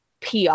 PR